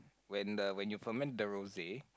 when the when you ferment the rose